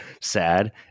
sad